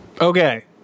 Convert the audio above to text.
okay